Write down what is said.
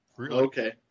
Okay